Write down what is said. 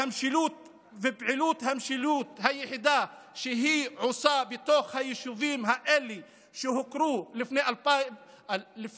פעילות המשילות היחידה שהיא עושה בתוך היישובים האלה שהוכרו לפני